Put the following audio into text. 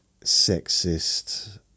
sexist